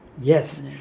Yes